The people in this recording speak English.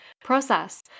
process